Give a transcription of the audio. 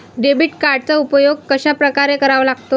Debit कार्डचा उपयोग कशाप्रकारे करावा लागतो?